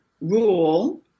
rule